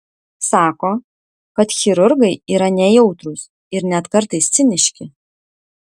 sako kad chirurgai yra nejautrūs ir net kartais ciniški